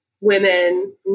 women